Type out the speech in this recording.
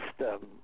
system